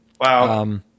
wow